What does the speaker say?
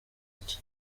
iki